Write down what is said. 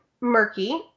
Murky